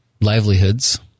livelihoods